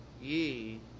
ye